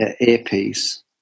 earpiece